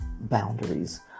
boundaries